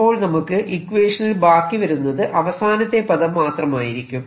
അപ്പോൾ നമുക്ക് ഇക്വേഷനിൽ ബാക്കി വരുന്നത് അവസാനത്തെ പദം മാത്രമായിരിക്കും